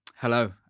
Hello